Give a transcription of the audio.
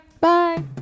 Bye